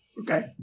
Okay